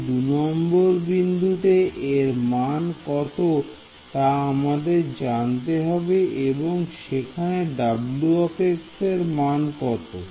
তাই দুনম্বর বিন্দুতে এর মান কত তা আমাদের জানতে হবে এবং সেখানে W এর মান কত